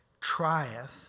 trieth